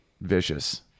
vicious